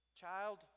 child